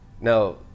Now